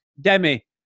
Demi